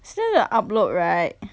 still need to upload right